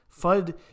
FUD